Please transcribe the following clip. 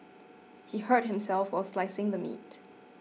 he hurt himself while slicing the meat